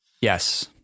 Yes